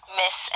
miss